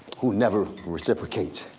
who never reciprocates.